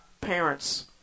parent's